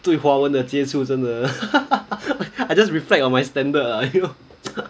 对华文的接触真的 I just reflect on my standard ah